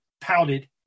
pouted